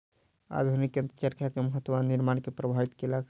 आधुनिक यंत्र चरखा के महत्त्व आ निर्माण के प्रभावित केलक